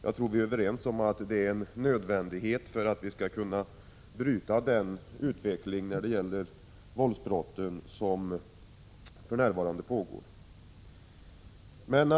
Jag tror att vi är överens om att det är en nödvändighet för att vi skall kunna bryta den utveckling som för närvarande pågår när det gäller våldsbrott.